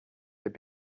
they